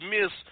Miss